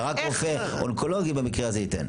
כי רק רופא אונקולוגי במקרה הזה ייתן.